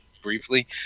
Briefly